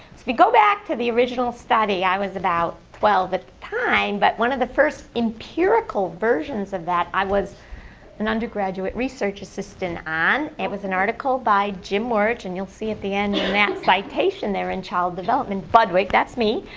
we go back to the original study. i was about twelve at the time. but one of the first empirical versions of that, i was an undergraduate research assistant on, it was an article by jim wertsch, and you'll see at the end and that citation there in child development. budwig, that's me.